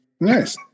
Nice